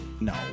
no